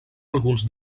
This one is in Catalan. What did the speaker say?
alguns